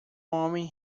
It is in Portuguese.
homem